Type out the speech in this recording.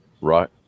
Right